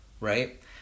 right